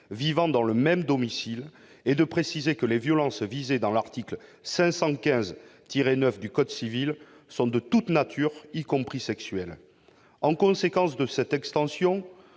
vivant dans le même domicile et de préciser que les violences visées à l'article 515-9 du code civil sont « de toute nature, y compris sexuelles ». En conséquence de cette extension,